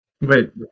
Wait